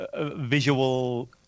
visual